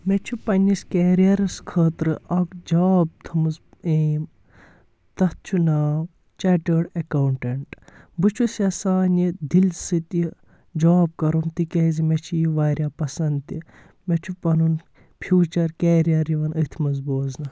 مےٚ چھُ پنٛنِس کَیرِیَرَس خٲطرٕ اَکھ جاب تھٲمٕژ اَیم تَتھ چھُ ناو چیٹٲڈ اؠکاوُنٛٹَنٹ بہٕ چھُس یَژھان یہِ دِل سۭتۍ یہِ جاب کَرُن تِکیازِ مےٚ چھِ یہِ واریاہ پَسنٛد تہِ مےٚ چھُ پَنُن فیوٗچَر کَیٚریَر یِوَان أتھۍ منٛز بوزنہٕ